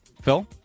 Phil